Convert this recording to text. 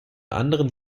anderen